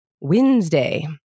Wednesday